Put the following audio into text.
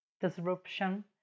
disruption